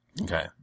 Okay